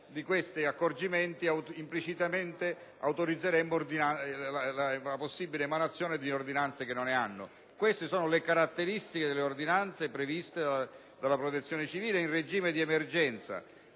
di tali accorgimenti, implicitamente autorizzeremmo la possibile emanazione di ordinanze che non ne hanno. Queste sono le caratteristiche delle ordinanze previste dalla Protezione civile in regime di emergenza.